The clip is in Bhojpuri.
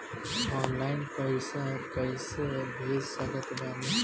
ऑनलाइन पैसा कैसे भेज सकत बानी?